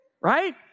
Right